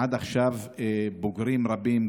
עד עכשיו בוגרים רבים,